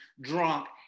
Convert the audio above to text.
drunk